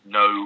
no